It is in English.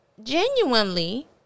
Genuinely